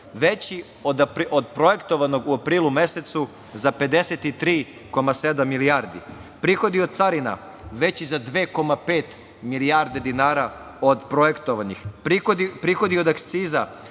veći od projektovanog u aprilu mesecu za 53,7 milijardi, prihodi od carina veći za 2,5 milijardi dinara od projektovanih, prihodi od akciza